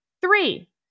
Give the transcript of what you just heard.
Three